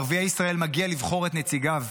לערביי ישראל מגיע לבחור את נציגיהם.